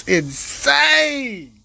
insane